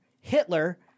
Hitler